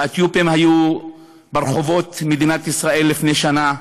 האתיופים היו ברחובות מדינת ישראל לפני שנה,